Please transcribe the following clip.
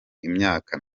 imyaka